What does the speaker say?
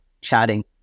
chatting